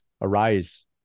arise